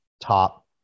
top